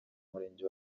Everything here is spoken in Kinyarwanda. murenge